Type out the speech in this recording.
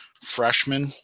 freshman